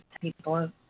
people